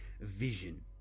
vision